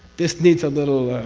this needs a little.